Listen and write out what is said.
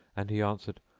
and he answered,